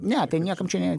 ne tai niekam čia ne